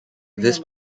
this